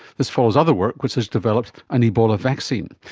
this follows other work which has developed an ebola vaccine.